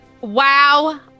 Wow